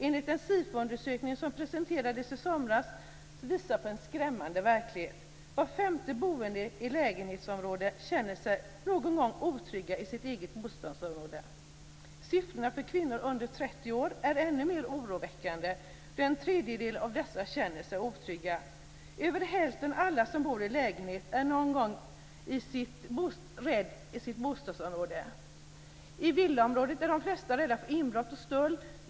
En SIFO-undersökning som presenterades i somras visar på en skrämmande verklighet. Var femte boende i lägenhetsområden känner sig någon gång otrygg i sitt eget bostadsområde. Siffrorna för kvinnor under 30 år är ännu mer oroväckande, då en tredjedel av dem känner sig otrygg. Över hälften av alla som bor i lägenhet är någon gång rädd i sitt bostadsområde. I villaområden är de flesta rädda för inbrott och stöld.